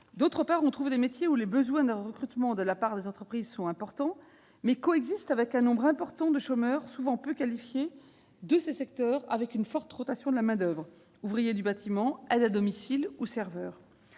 D'autre part, on trouve des métiers où les besoins de recrutement de la part des entreprises sont importants et coexistent avec un nombre significatif de chômeurs, souvent peu qualifiés et avec une forte rotation de la main-d'oeuvre : ouvriers du bâtiment, aides à domicile, serveurs.